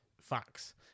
facts